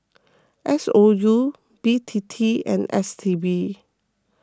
S O U B T T and S T B